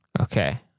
Okay